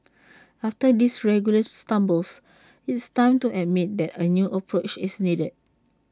after these regular stumbles it's time to admit that A new approach is needed